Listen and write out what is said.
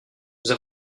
nous